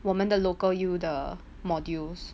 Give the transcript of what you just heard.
我们的 local U 的 modules